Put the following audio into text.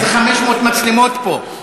שמע, יש איזה 500 מצלמות פה.